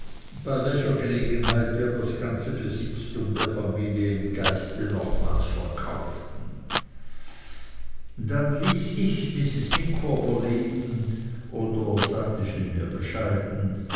bei welcher gelegenheit wir das ganze besitztum der familie im geiste nochmals verkauften dann ließ ich mrs micawber leben oder sagte vielmehr bescheiden